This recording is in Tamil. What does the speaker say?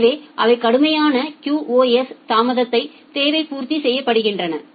எனவே அவை கடுமையான QoS தாமதத் தேவை பூர்த்தி செய்யப்படுகின்றன